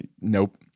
Nope